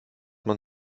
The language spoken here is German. man